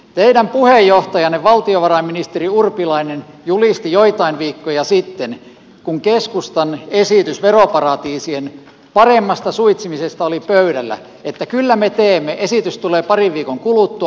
teidän puheenjohtajanne valtiovarainministeri urpilainen julisti joitain viikkoja sitten kun keskustan esitys veroparatiisien paremmasta suitsimisesta oli pöydällä että kyllä me teemme esitys tulee parin viikon kuluttua